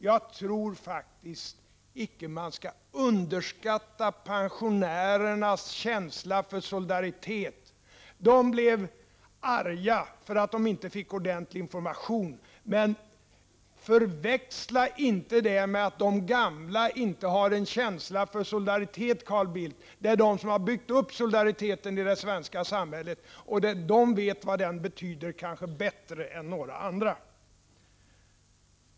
Jag tror faktiskt icke att vi skall underskatta pensionärernas känsla för solidaritet. De blev arga för att de inte fick ordentlig information, men förväxla inte det med att de gamla inte har känsla för solidaritet, Carl Bildt! Det är de som har byggt upp solidariteten i det svenska samhället, och de vet kanske bättre än några andra vad den betyder.